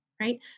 Right